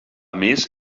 més